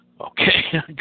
Okay